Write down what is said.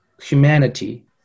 humanity